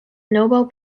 nobel